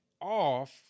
off